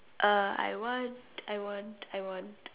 uh I want I want I want